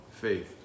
faith